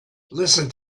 listen